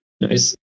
Nice